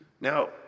Now